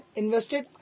invested